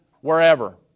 wherever